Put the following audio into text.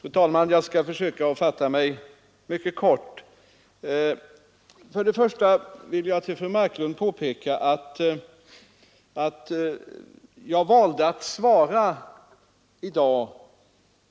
Fru talman! Jag skall försöka fatta mig mycket kort. Först vill jag för fru Marklund påpeka att jag valde att svara i dag,